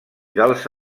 dels